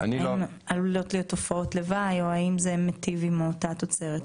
האם עלולות להיות תופעות לוואי או האם זה מיטיב עם אותה תוצרת?